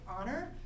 honor